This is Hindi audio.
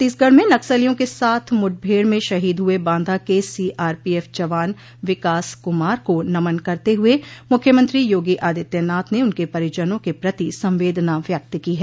छत्तीसगढ़ में नक्सलियों के साथ मुठभेड़ में शहीद हुए बांदा के सीआरपीएफ जवान विकास कुमार को नमन करते हुए मुख्यमंत्री योगी आदित्यनाथ ने उनके परिजनों के प्रति संवेदना व्यक्त की है